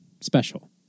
special